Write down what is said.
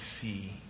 see